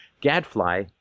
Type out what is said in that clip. gadfly